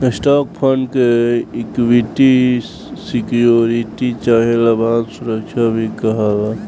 stock fund के equity security चाहे लाभांश सुरक्षा भी कहाला